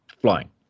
flying